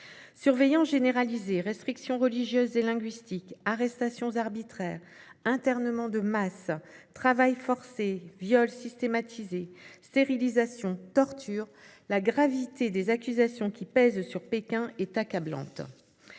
Surveillance généralisée, restrictions religieuses et linguistiques, arrestations arbitraires, internements de masse, travail forcé, viols systématisés, stérilisations, torture : la gravité des accusations qui pèsent sur Pékin est accablante.